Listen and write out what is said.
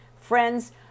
Friends